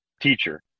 teacher